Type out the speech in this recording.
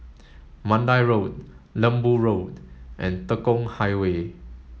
Mandai Road Lembu Road and Tekong Highway